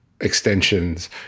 extensions